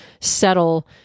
settle